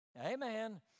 Amen